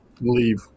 leave